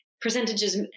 Percentages